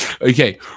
Okay